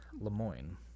Lemoyne